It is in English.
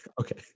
Okay